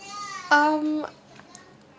um